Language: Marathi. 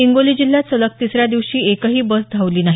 हिंगोली जिल्ह्यात सलग तिसऱ्या दिवशी एकही बस धावली नाही